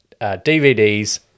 DVDs